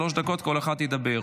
שלוש דקות כל אחד ידבר.